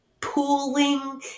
pooling